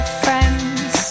friends